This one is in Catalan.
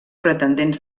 pretendents